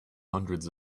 hundreds